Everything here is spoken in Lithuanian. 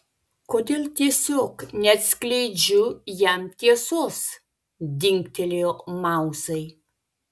kodėl tiesiog neatskleidžiu jam tiesos dingtelėjo mauzai